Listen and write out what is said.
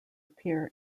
appear